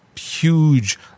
huge